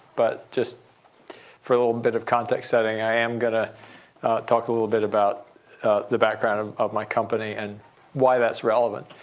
but just for a little bit of context setting, i am going to talk a little bit about the background of of my company and why that's relevant.